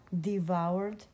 Devoured